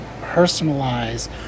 personalize